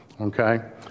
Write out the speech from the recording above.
Okay